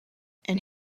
and